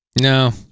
No